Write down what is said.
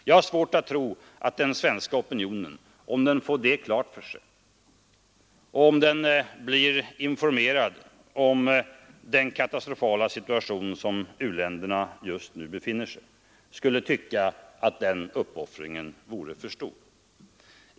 Jag har svårt att tro att den svenska opinionen, om den får detta klart för sig och om den blir informerad om den katastrofala situation som u-länderna just nu befinner sig i, skulle tycka att denna uppoffring vore för stor.